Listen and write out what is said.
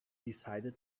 decided